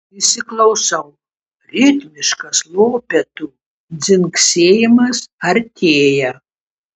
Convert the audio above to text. įsiklausau ritmiškas lopetų dzingsėjimas artėja